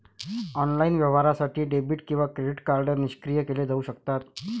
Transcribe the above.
online व्यवहारासाठी debit किंवा credit card निष्क्रिय केले जाऊ शकतात